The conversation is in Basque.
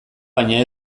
baina